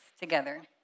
together